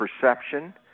perception